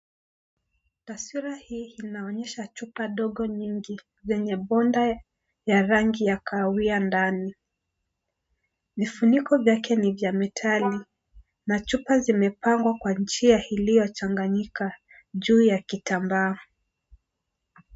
Taswira hii inaonyesha chupa ndogo nyingi zenye [cs[ powder ya rangi ya kahawia ndani. Vifuniko vyake ni vya metali na chupa zimepangwa kwa njia ilio changanyika juu ya kitamba.